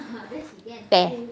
tear